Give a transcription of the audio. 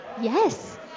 Yes